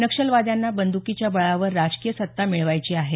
नक्षलवाद्यांना बंदकीच्या बळावर राजकीय सत्ता मिळवायची आहे